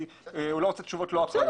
כי הוא לא רוצה תשובות לא אחראיות.